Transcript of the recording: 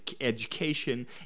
education